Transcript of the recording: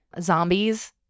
zombies